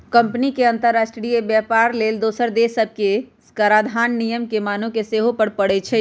company के अंतरराष्ट्रीय व्यापार लेल दोसर देश सभके कराधान नियम के माने के सेहो परै छै